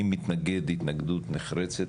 אני מתנגד התנגדות נחרצת,